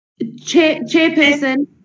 Chairperson